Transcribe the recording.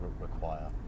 require